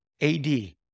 AD